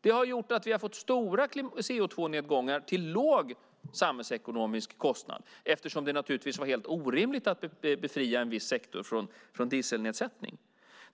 Det har gjort att vi har fått stora CO2-nedgångar till låg samhällsekonomisk kostnad, eftersom det naturligtvis var helt orimligt att befria en viss sektor från dieselnedsättning.